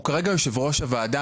הוא כרגע יושב-ראש הוועדה,